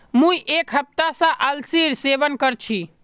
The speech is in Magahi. मुई एक हफ्ता स अलसीर सेवन कर छि